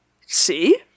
see